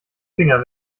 finger